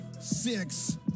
six